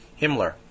Himmler